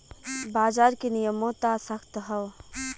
बाजार के नियमों त सख्त हौ